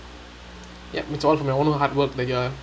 ya it's all from your own hard work that you're